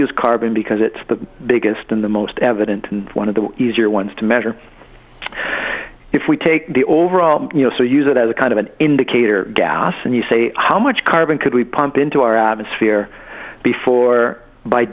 use carbon because it's the biggest and the most evident and one of the easier ones to measure if we take the overall you know so use it as a kind of an indicator gas and you say how much carbon could we pump into our atmosphere before by